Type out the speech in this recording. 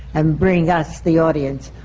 and bring us, the audience,